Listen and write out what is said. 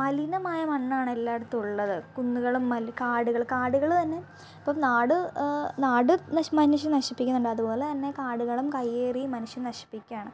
മലിനമായ മണ്ണാണ് എല്ലായിടത്തും ഉള്ളത് കുന്നുകളും മൽ കാടുകൾ കാടുകൾ തന്നെ ഇപ്പം നാട് നാട് നശി മനുഷ്യൻ നശിപ്പിക്കുന്നുണ്ട് അതുപോലെ തന്നെ കാടുകളും കയ്യേറി മനുഷ്യൻ നശിപ്പിക്കുകയാണ്